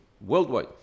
worldwide